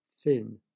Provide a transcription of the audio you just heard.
thin